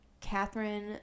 Catherine